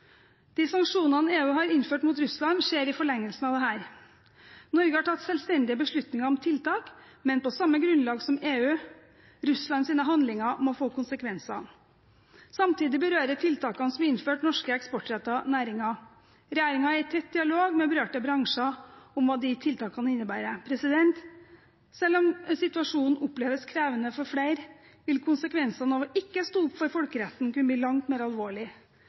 De sanksjoner EU har innført mot Russland, skjer i forlengelsen av dette. Norge har tatt selvstendige beslutninger om tiltak, men på samme grunnlag som EU – Russlands handlinger må få konsekvenser. Samtidig berører tiltakene som er innført, norske eksportrettede næringer. Regjeringen er i tett dialog med berørte bransjer om hva de tiltakene innebærer. Selv om situasjonen oppleves som krevende for flere, vil konsekvensene av ikke å stå opp for folkeretten kunne bli langt mer alvorlig.